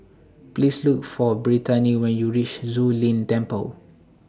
Please Look For Brittany when YOU REACH Zu Lin Temple